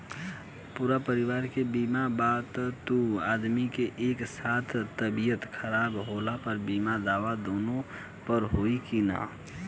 पूरा परिवार के बीमा बा त दु आदमी के एक साथ तबीयत खराब होला पर बीमा दावा दोनों पर होई की न?